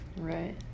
Right